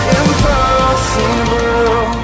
impossible